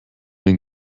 den